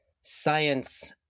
science